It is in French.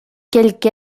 quelque